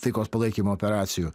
taikos palaikymo operacijų